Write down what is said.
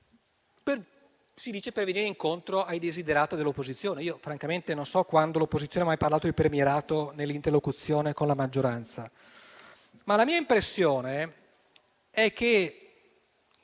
per venire incontro ai desiderata dell'opposizione. Francamente, non so quando l'opposizione abbia mai parlato di premierato nell'interlocuzione con la maggioranza, ma la mia impressione è che,